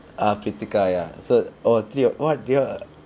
ah pritika ya so three what you all